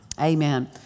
Amen